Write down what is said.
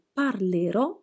parlerò